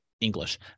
English